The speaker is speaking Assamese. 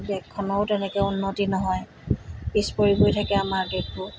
দেশখনৰো তেনেকৈ উন্নতি নহয় পিছ পৰি গৈ থাকে আমাৰ দেশবোৰ